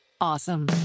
awesome